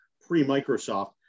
pre-Microsoft